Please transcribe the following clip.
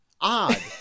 odd